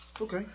Okay